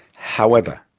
however,